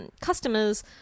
customers